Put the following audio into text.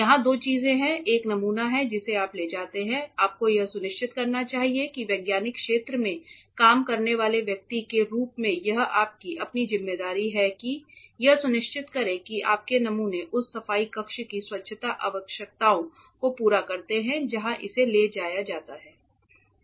यहां दो चीजें हैं एक नमूना है जिसे आप ले जाते हैं आपको यह सुनिश्चित करना चाहिए कि वैज्ञानिक क्षेत्र में काम करने वाले व्यक्ति के रूप में यह आपकी अपनी जिम्मेदारी है कि यह सुनिश्चित करें कि आपके नमूने उस सफाई कक्ष की स्वच्छता आवश्यकताओं को पूरा करते हैं जहां इसे ले जाया जाता है